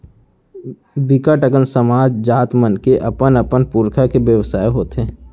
बिकट अकन समाज, जात मन के अपन अपन पुरखा के बेवसाय हाथे